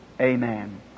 amen